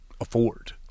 afford